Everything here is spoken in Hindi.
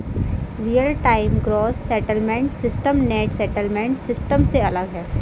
real time gross settlement system net settlement system से अलग है